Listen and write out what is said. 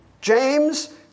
James